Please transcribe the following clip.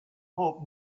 hope